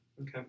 Okay